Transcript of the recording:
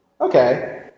Okay